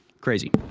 Crazy